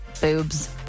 boobs